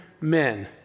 men